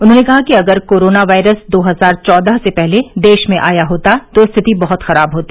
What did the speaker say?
उन्होंने कहा कि अगर कोरोना वायरस दो हजार चौदह से पहले देश में आया होता तो स्थिति बहत खराब होती